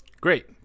Great